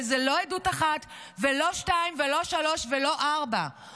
וזאת לא עדות אחת ולא שתיים ולא שלוש ולא ארבע,